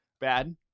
bad